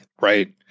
Right